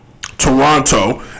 Toronto